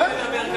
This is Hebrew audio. כן.